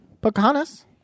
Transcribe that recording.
Pocahontas